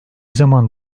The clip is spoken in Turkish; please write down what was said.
zaman